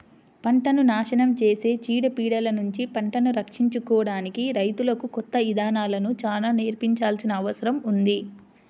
పంటను నాశనం చేసే చీడ పీడలనుంచి పంటను రక్షించుకోడానికి రైతులకు కొత్త ఇదానాలను చానా నేర్పించాల్సిన అవసరం ఉంది